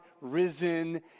risen